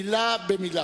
מלה במלה.